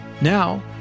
Now